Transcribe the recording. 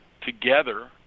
together